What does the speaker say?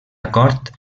acord